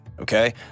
Okay